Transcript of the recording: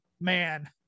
man